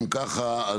אם ככה,